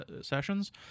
sessions